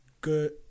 good